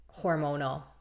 hormonal